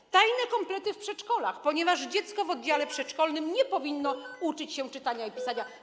Były tajne komplety w przedszkolach, ponieważ dziecko w oddziale przedszkolnym nie powinno uczyć się czytania i pisania.